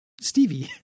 Stevie